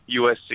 USC